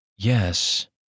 Yes